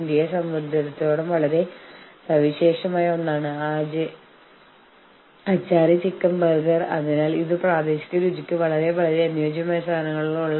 നമ്മൾ വിവരങ്ങളുടെ ഒരു സ്വതന്ത്ര ഒഴുക്ക് സൃഷ്ടിക്കാൻ ശ്രമിച്ചു കാരണം നമ്മൾ പരസ്പരം പ്രയോജനപ്പെടുത്താൻ പോകുന്നു